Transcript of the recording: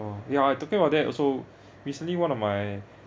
oh ya I talking about that also recently one of my